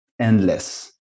endless